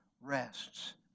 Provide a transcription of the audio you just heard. rests